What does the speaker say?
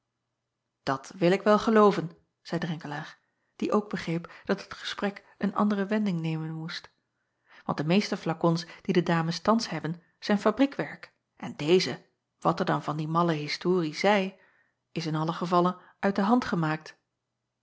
at wil ik wel gelooven zeî renkelaer die ook begreep dat het gesprek een andere wending nemen moest want de meeste flakons die de dames thans hebben zijn fabriekwerk en deze wat er dan van die malle historie zij is in allen gevalle uit de hand gemaakt